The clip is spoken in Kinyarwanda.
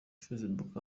facebook